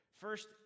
First